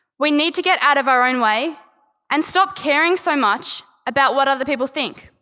we need to get out of our own way and stop caring so much about what other people think.